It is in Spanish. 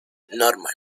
norman